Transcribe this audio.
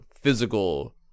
physical